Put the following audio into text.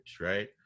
right